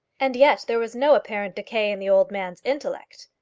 and yet there was no apparent decay in the old man's intellect.